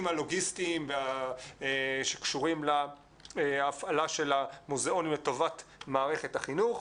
הלוגיסטיים שקשורים להפעלה של המוזיאונים לטובת מערכת החינוך.